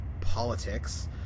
politics